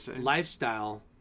lifestyle